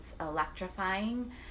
electrifying